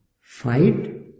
fight